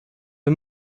wir